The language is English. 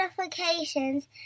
notifications